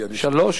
שלוש?